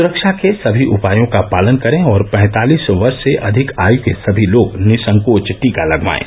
सुरक्षा के सभी उपायों का पालन करें और पैंतालीस वर्ष से अधिक आयु के सभी लोग निःसंकोच टीका लगवाएं